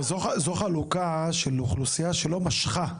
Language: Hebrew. לא, זו חלוקה של אוכלוסייה שלא משכה.